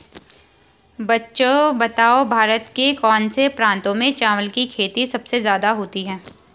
बच्चों बताओ भारत के कौन से प्रांतों में चावल की खेती सबसे ज्यादा होती है?